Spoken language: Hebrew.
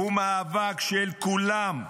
הוא מאבק של כולם.